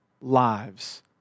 lives